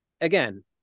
again